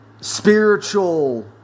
spiritual